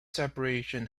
separation